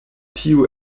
tiu